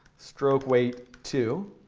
stroke weight, two.